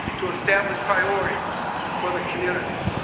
to establish priorities for the community.